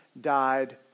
died